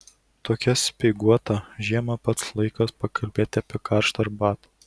tokią speiguotą žiemą pats laikas pakalbėti apie karštą arbatą